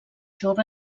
jove